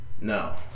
No